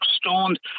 stoned